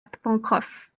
pencroff